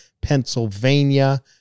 Pennsylvania